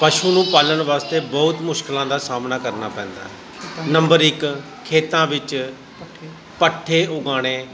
ਪਸ਼ੂ ਨੂੰ ਪਾਲਣ ਵਾਸਤੇ ਬਹੁਤ ਮੁਸ਼ਕਿਲਾਂ ਦਾ ਸਾਹਮਣਾ ਕਰਨਾ ਪੈਂਦਾ ਨੰਬਰ ਇੱਕ ਖੇਤਾਂ ਵਿੱਚ ਪੱਠੇ ਉਗਾਉਣੇ